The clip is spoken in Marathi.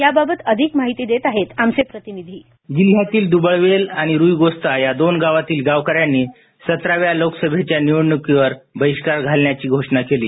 या बाबत अधिक माहिती देत आहे आमचे प्रतिनिधी वाशीम जिल्ह्यातील दुबळवेल आणि रुइगोस्ता या दोन गावांतील गावकऱ्यांनी ट्य लोकसभेच्या निवडणुकीवर बहिष्कार घालण्याची घोषणा केली